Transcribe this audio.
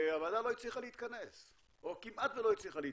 שהוועדה לא הצליחה להתכנס או כמעט שלא הצליחה להתכנס.